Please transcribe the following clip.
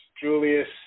Julius